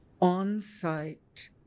on-site